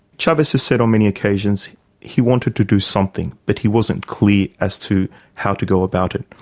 chavez has said on many occasions he wanted to do something but he wasn't clear as to how to go about it.